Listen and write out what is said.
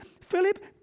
Philip